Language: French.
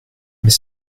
mais